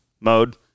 mode